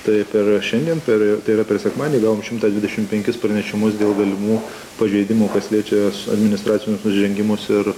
taip ir šiandien per tai yra per sekmadienį gavome šimtą dvidešimt penkis pranešimus dėl galimų pažeidimų kas liečia administracinius nusižengimus ir